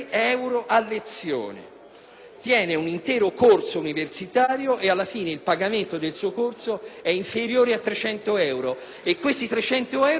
Tiene un intero corso universitario e alla fine il pagamento del suo corso è inferiore a 300 euro, e questi 300 euro gli vengono pagati in due rate,